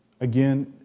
Again